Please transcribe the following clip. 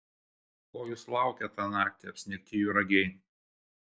ko jūs laukėt tą naktį apsnigti juragiai